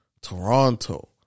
Toronto